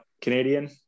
canadian